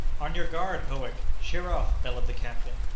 on your guard, howick! sheer off! bellowed the captain.